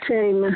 சரிம்மா